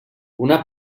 una